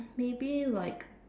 maybe like